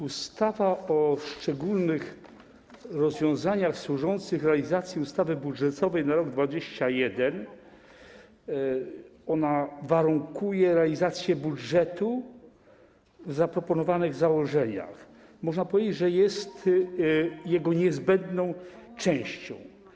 Ustawa o szczególnych rozwiązaniach służących realizacji ustawy budżetowej na rok 2021 warunkuje realizację budżetu w zaproponowanych założeniach, można powiedzieć, że jest jego niezbędną częścią.